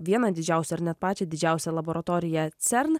vieną didžiausių ar net pačią didžiausią laboratoriją cern